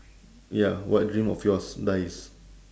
ya what dream of yours dies